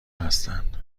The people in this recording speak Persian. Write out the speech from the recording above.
هستند